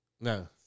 No